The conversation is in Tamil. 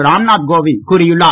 ராம்நாத் கோவிந்த் கூறியுள்ளார்